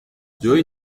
جویی